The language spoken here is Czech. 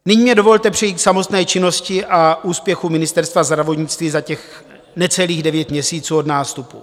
Nyní mi dovolte přejít k samotné činnosti a úspěchům Ministerstva zdravotnictví za těch necelých devět měsíců od nástupu.